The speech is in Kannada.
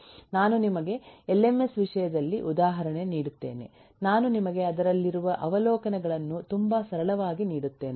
ನಾನು ನಿಮಗೆ ಎಲ್ಎಂಎಸ್ ವಿಷಯದಲ್ಲಿ ಉದಾಹರಣೆ ನೀಡುತ್ತೇನೆ ನಾನು ನಿಮಗೆ ಅದರಲ್ಲಿರುವ ಅವಲೋಕನಗಳನ್ನು ತುಂಬಾ ಸರಳವಾಗಿ ನೀಡುತ್ತೇನೆ